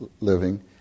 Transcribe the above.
living